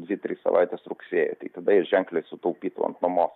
dvi tris savaites rugsėjį tai tada jie ženkliai sutaupytų ant nuomos